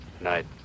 Night